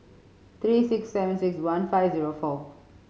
three six seven six one five zero four